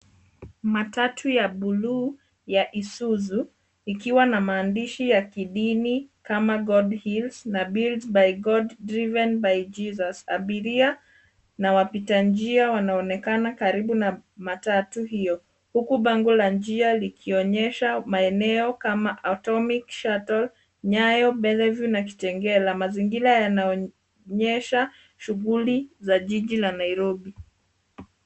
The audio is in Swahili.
Matatu ya bluu ya Isuzu ikiwa na maandishi ya kidini kama God Heals na Built By God, Driven By Jesus . Abiria na wapita njia wanaonekana karibu na matatu hiyo huku bango la njia likionyesha maeneo kama Atomic Shuttle, Nyayo, Bellevue na Kitengela. Mazingira yanaonyesha shughuli za jiji la Nairobi.